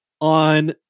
on